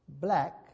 black